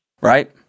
right